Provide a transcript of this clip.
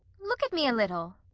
look at me a little.